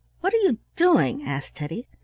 what are you doing? asked teddy.